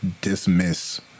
dismiss